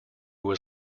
was